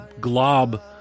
glob